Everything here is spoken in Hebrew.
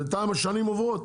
בינתיים השנים עוברות,